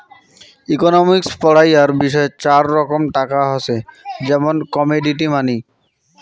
economics পড়াইয়ার বিষয় চার রকম টাকা হসে, যেমন কমোডিটি মানি